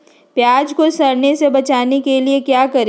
प्याज को सड़ने से बचाने के लिए क्या करें?